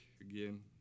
again